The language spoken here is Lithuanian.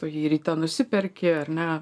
tu jį ryte nusiperki ar ne